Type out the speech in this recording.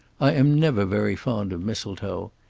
i am never very fond of mistletoe.